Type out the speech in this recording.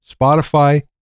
Spotify